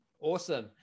Awesome